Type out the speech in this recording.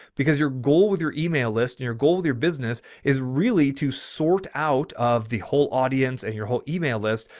because your goal with your email list and your goal with your business is really to sort out of the whole audience and your whole email list,